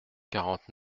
quarante